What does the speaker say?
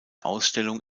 ausstellung